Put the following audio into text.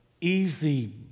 easy